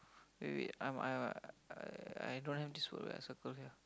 wait wait I'm I'm I don't have this word I circle here